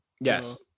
Yes